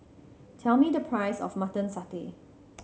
tell me the price of Mutton Satay